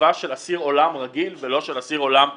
קציבה של אסיר עולם רגיל ולא של אסיר עולם ביטחוני.